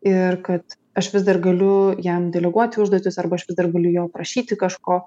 ir kad aš vis dar galiu jam deleguoti užduotis arba aš vis dar galiu jo prašyti kažko